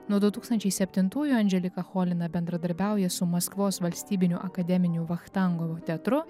nuo du tūkstančiai septintųjų andželika cholina bendradarbiauja su maskvos valstybiniu akademiniu vachtangovo teatru